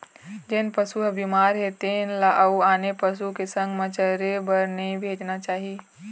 जेन पशु ह बिमार हे तेन ल अउ आने पशु के संग म चरे बर नइ भेजना चाही